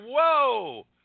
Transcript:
whoa